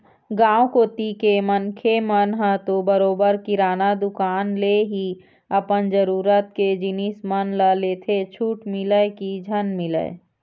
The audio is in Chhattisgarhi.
गाँव कोती के मनखे मन ह तो बरोबर किराना दुकान ले ही अपन जरुरत के जिनिस मन ल लेथे छूट मिलय की झन मिलय